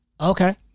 Okay